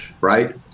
right